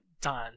done